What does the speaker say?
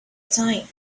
time